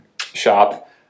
shop